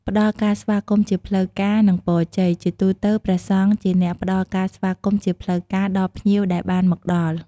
ព្រះអង្គអាចសូត្រធម៌បន្តិចបន្តួច ឬពោលពាក្យ ប្រគេនពរជ័យ ដើម្បីញ៉ាំងឲ្យភ្ញៀវមានសេចក្ដីសុខ សិរីសួស្ដី និងជោគជ័យគ្រប់ភារកិច្ច។